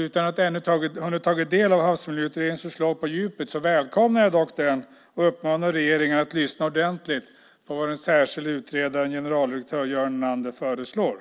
Utan att ännu ha hunnit ta del av Havsmiljöutredningens förslag på djupet välkomnar jag den och uppmanar regeringen att lyssna ordentligt på vad den särskilde utredaren generaldirektör Göran Enander föreslår.